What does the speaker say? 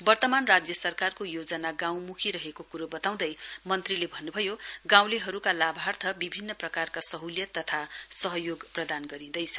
वर्तमान राज्य सरकारको योजना गाउँम्खी रहेको क्रो बताउँदै मन्त्रीले भन्न्भयो गाउँलेहरूलाभार्थ विभिन्न प्रकारका सह्लियत तथा सहयोग प्रदान गरिदैछ